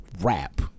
rap